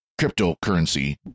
cryptocurrency